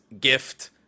gift